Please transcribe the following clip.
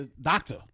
Doctor